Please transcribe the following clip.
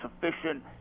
sufficient